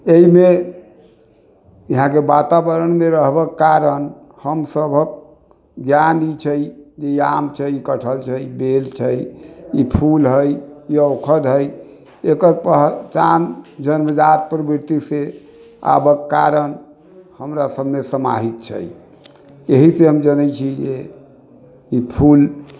एहि बेर यहाँके वातावरणमे रहबाक कारण हम सभक ज्ञान ई छै जे आम छै कटहल छै बेल छै ई फूल हइ ये ओखद हइ एकर पहचान जन्मजात प्रवृत्तिसँ आबऽके कारण हमरा सभमे समाहित छै एहिसँ हम जनैत छी जे ई फूल